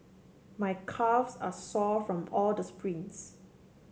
my calves are sore from all the sprints